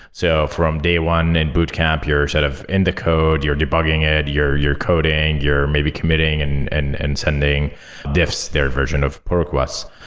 so from day one in boot camp, you're sort of in the code, you're debugging it, it, you're coding, you're maybe committing and and and sending diffs, their version of pull requests.